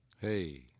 Hey